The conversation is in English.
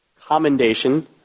commendation